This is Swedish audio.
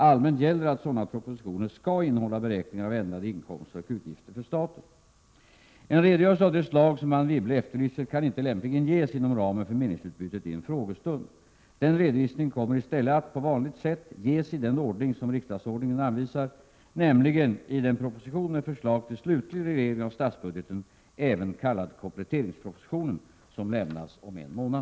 Allmänt gäller att sådana propositioner skall innehålla beräkningar av ändrade inkomster och utgifter för staten. En redogörelse av det slag som Anne Wibble efterlyser kan inte lämpligen ges inom ramen för meningsutbytet i en frågestund. Denna redovisning kommer i stället att, på vanligt sätt, ges i den ordning som riksdagsordningen anvisar, nämligen i den proposition med förslag till slutlig reglering av statsbudgeten, även kallad kompletteringspropositionen, som lämnas om en månad.